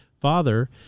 father